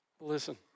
Listen